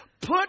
put